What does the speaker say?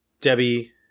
Debbie